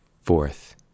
fourth